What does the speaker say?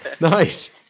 Nice